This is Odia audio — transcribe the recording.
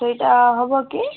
ସେଇଟା ହବକି